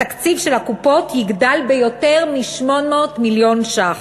התקציב של הקופות יגדל ביותר מ-800 מיליון שקלים.